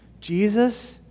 Jesus